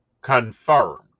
Confirmed